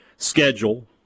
Schedule